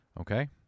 okay